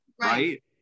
right